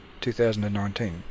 2019